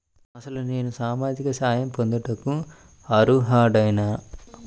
అసలు నేను సామాజిక సహాయం పొందుటకు అర్హుడనేన?